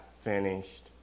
finished